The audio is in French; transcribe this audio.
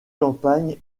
campagne